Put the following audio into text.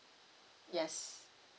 yes